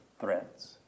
threats